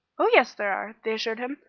oh, yes there are, they assured him.